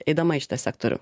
eidama į šitą sektorių